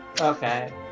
Okay